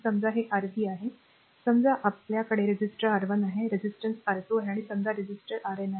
समजा हे rv आहे समजा आपल्याकडे रेझिस्टन्स R1 आहे रेझिस्टन्स R2 आहे आणि समजा रेझिस्टेंट r Rn आहे